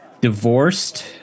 divorced